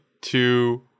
two